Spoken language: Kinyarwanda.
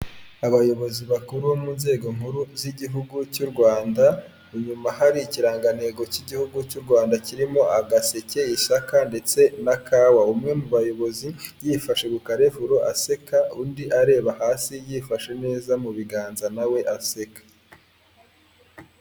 Abayobozi bakuru mu nzego nkuru z'igihugu cy'u Rwanda, inyuma hari ikirangantego cy'igihugu cy'u Rwanda, kirimo agaseke, ishaka ndetse na kawa, umwe mu bayobozi yifashe bukarevuro aseka, undi areba hasi yifashe neza mu biganza nawe aseka.